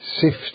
sift